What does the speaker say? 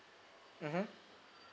mmhmm